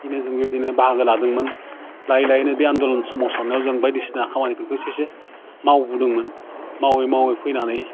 बिदिनो जों बेबायदिनो बाहागो लादोंमोन लायै लायैनो बे आन्डलन सोमावसारनाय जों बायदिसिना खामानिफोरखौ एसे एसे मावबोदोंमोन मावै मावै फैनानै